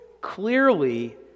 Clearly